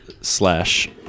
slash